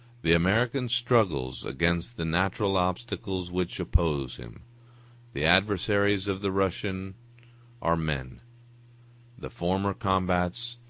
the american struggles against the natural obstacles which oppose him the adversaries of the russian are men the former combats